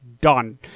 done